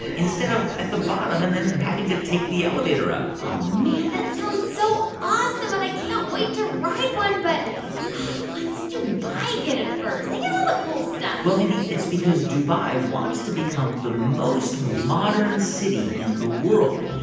instead of at the bottom and then having to take the elevator up oh, man. that sounds so awesome. and i can't wait to ride one. but why does dubai get it first? they get all the cool stuff well, mindy, it's because dubai wants to become the most modern city in the world.